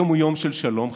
היום הוא יום של שלום חיצוני,